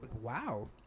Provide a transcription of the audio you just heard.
wow